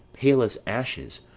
pale as ashes,